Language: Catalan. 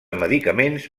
medicaments